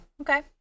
okay